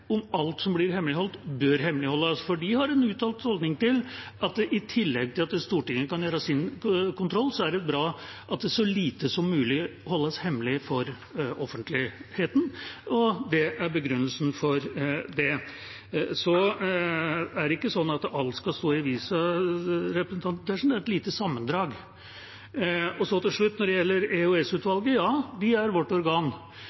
om alt som blir hemmeligholdt, bør hemmeligholdes, for de har en uttalt holdning til at i tillegg til at Stortinget kan gjøre sin kontroll, er det bra at så lite som mulig holdes hemmelig for offentligheten. Det er begrunnelsen for det. Til representanten Tetzschner – det er ikke sånn at alt skal stå i avisa, men et lite sammendrag. Til slutt når det gjelder EOS-utvalget: Ja, det er vårt organ,